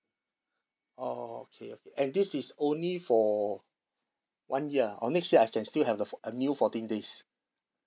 orh okay okay and this is only for one year or next year I can still have the four~ uh new fourteen days